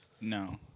No